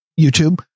YouTube